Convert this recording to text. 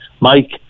Mike